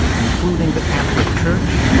including the catholic church,